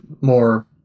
more